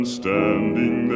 standing